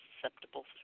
susceptible